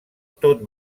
tot